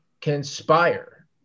conspire